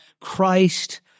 Christ